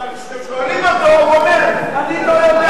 אבל כשאתם שואלים אותו הוא אומר: אני לא יודע.